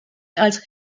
als